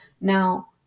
Now